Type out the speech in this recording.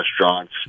restaurants